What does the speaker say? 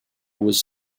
was